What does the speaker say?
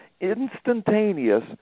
Instantaneous